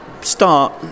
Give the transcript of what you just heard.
start